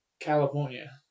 California